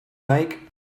make